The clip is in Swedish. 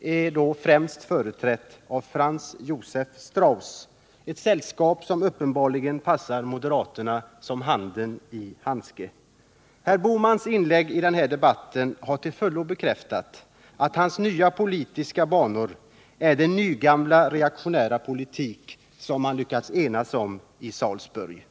är främst företrädda av Franz Josef Strauss. Det är ett sällskap som uppenbarligen passar moderaterna som hand i handske. Herr Bohmans inlägg i denna debatt har till fullo bekräftat att hans ”nya politiska banor” är den nygamla reaktionära politik som man enats om i Salzburg.